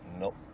Nope